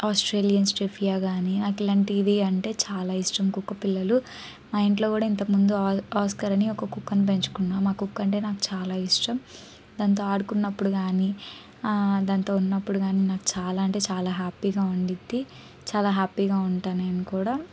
Australian స్టెఫియా కానీ అట్లాంటిది అంటే చాలా ఇష్టం కుక్కపిల్లలు మా ఇంట్లో కూడా ఇంతకముందు ఆస్కార్ అని ఒక కుక్కను పెంచుకున్నాం ఆ కుక్క అంటే నాకు చాలా ఇష్టం దాంతో ఆడుకున్నప్పుడు కానీ దాంతో ఉన్నప్పుడు గాని నాకు చాలా అంటే చాలా హ్యాపీగా ఉండుద్ది చాలా హ్యాపీగా ఉంటా నేను కూడా